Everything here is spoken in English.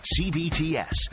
CBTS